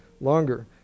longer